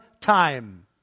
time